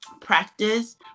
practice